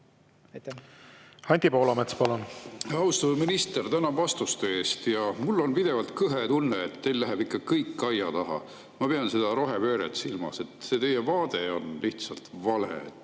Anti Poolamets, palun! Austatud minister, tänan vastuste eest! Mul on pidevalt kõhe tunne, et teil läheb kõik aia taha. Ma pean seda rohepööret silmas. See teie vaade on lihtsalt vale.